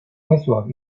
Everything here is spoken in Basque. mezuak